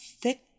thick